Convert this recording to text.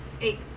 Eight